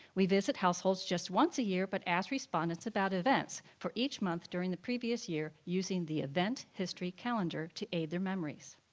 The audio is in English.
we visit households just once a year, but ask respondents about events for each month during the previous year using the event history calendar to aid their memories.